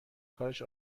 کارش